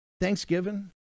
Thanksgiving